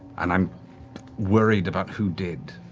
and i'm worried about who did.